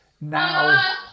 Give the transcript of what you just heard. now